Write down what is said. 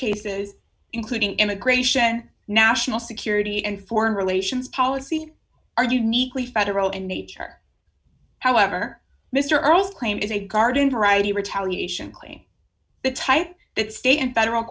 cases including immigration national security and foreign relations policy are uniquely federal and nature however mr earl's claim is a garden variety retaliation claim the type that state and federal